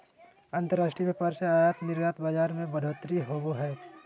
अंतर्राष्ट्रीय व्यापार से आयात निर्यात बाजार मे बढ़ोतरी होवो हय